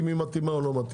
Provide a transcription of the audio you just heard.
אם היא מתאימה או לא מתאימה.